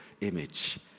image